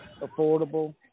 affordable